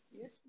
Yes